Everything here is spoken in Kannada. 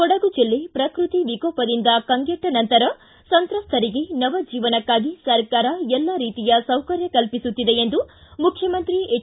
ಕೊಡಗು ಜಿಲ್ಲೆ ಶ್ರಕೃತ್ತಿ ವಿಕೋಪದಿಂದ ಕಂಗೆಟ್ಟ ನಂತರ ಸಂತ್ರಸ್ಥರಿಗೆ ನವ ಜೀವನಕ್ಕಾಗಿ ಸರ್ಕಾರ ಎಲ್ಲಾ ರೀತಿಯ ಸೌಕರ್ಯ ಕಲ್ಪಿಸುತ್ತಿದೆ ಎಂದು ಮುಖ್ಯಮಂತ್ರಿ ಎಚ್